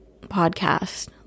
podcast